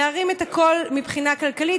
להרים את הכול מבחינה כלכלית,